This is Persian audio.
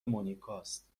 مونیکاست